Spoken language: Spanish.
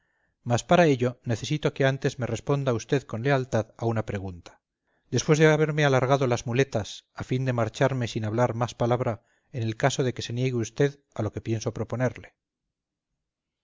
mas para ello necesito que antes me responda usted con lealtad a una pregunta después de haberme alargado las muletas a fin de marcharme sin hablar más palabra en el caso de que se niegue usted a lo que pienso proponerle